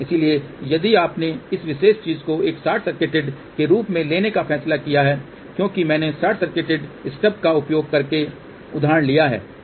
इसलिए यदि आपने इस विशेष चीज को एक शॉर्ट सर्किटेड के रूप में लेने का फैसला किया है क्योंकि मैंने शॉर्ट सर्किटेड स्टब का उपयोग करके उदाहरण लिया है